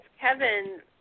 Kevin